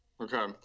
Okay